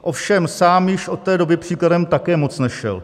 Ovšem sám již od té doby příkladem také moc nešel.